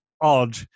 odd